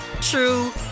true